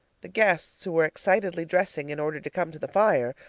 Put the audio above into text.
the guests, who were excitedly dressing in order to come to the fire,